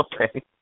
okay